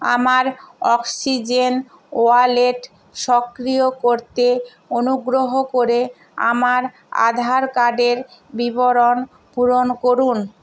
আমার oxygen wallet সক্রিয় করতে অনুগ্রহ করে আমার আধার কার্ডের বিবরণ পূরণ করুন